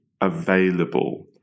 available